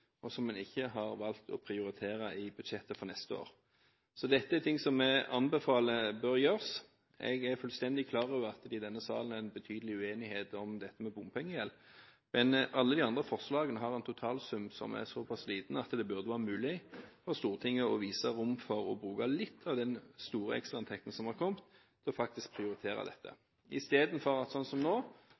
og som en ikke har valgt å prioritere i budsjettet for neste år. Dette er noe som vi anbefaler bør gjøres. Jeg er fullstendig klar over at det i denne salen er betydelig uenighet om bompengegjeld, men alle de andre forslagene har en totalsum som er såpass liten at det burde være mulig for Stortinget å vise rom for å bruke litt av den store ekstrainntekten som har kommet, til å prioritere dette. Nå har en isteden faktisk valgt for 2012 å ta ut kapital fra statlige selskaper som